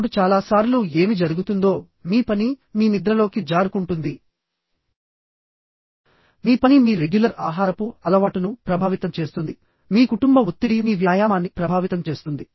ఇప్పుడు చాలా సార్లు ఏమి జరుగుతుందో మీ పని మీ నిద్రలోకి జారుకుంటుంది మీ పని మీ రెగ్యులర్ ఆహారపు అలవాటును ప్రభావితం చేస్తుంది మీ కుటుంబ ఒత్తిడి మీ వ్యాయామాన్ని ప్రభావితం చేస్తుంది